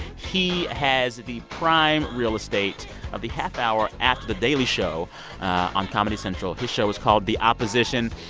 he has the prime real estate of the half hour after the daily show on comedy central. his show is called the opposition.